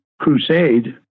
crusade